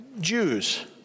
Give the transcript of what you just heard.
Jews